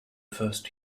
first